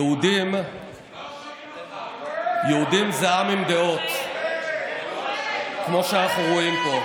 יהודים זה עם עם דעות, כמו שאנחנו רואים פה.